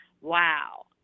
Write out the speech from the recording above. wow